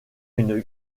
une